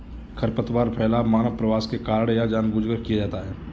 खरपतवार फैलाव मानव प्रवास के कारण या जानबूझकर किया जाता हैं